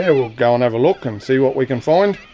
yeah we'll go and have a look and see what we can find.